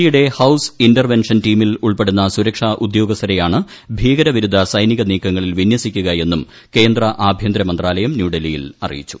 G യുടെ house intervention ടീമിൽ ഉൾപ്പെടുന്ന സുരക്ഷാ ഉദ്യോഗസ്ഥരെയാണ് ഭീകരവിരുദ്ധ സൈനിക നീക്കങ്ങളിൽ വിന്യസിക്കുക എന്നും കേന്ദ്ര ആഭ്യന്തരമന്ത്രാലയം ന്യൂഡൽഹിയിൽ അറിയിച്ചു